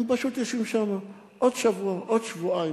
הם פשוט יושבים שם, עוד שבוע, עוד שבועיים.